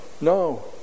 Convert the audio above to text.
No